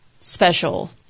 special